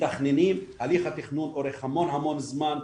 מתכננים, הליך התכנון אורך המון המון זמן,